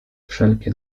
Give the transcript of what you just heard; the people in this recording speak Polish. wszelkie